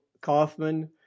Kaufman